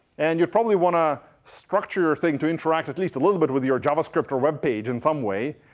and you'd probably want to structure your thing to interact at least a little bit with your javascript or web page in some way.